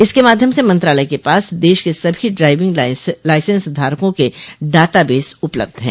इसके माध्यम से मंत्रालय के पास देश के सभी ड्राइविंग लाइसेंसधारकों के डाटाबेस उपलब्ध हैं